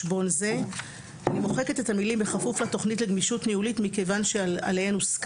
אני מוחקת את המילים: "בכפוף לתכנית לגמישות ניהולית" מכיוון שהוסכם,